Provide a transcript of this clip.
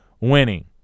winning